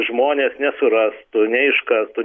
žmonės nesurastų neiškaltų